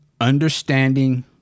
understanding